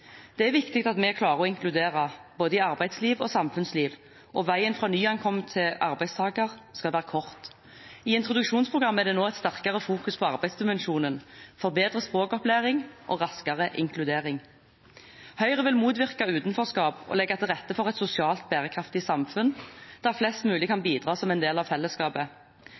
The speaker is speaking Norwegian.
Det er viktig at vi klarer å inkludere, både i arbeidsliv og samfunnsliv, og veien fra nyankommet til arbeidstaker skal være kort. I introduksjonsprogrammet fokuseres det nå sterkere på arbeidsdimensjonen, forbedret språkopplæring og raskere inkludering. Høyre vil motvirke utenforskap og legge til rette for et sosialt bærekraftig samfunn, der flest mulig kan bidra som en del av fellesskapet.